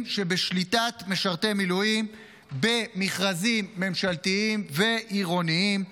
שבשליטת משרתי מילואים במכרזים ממשלתיים ועירוניים.